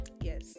Yes